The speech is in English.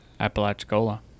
Apalachicola